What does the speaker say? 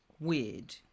weird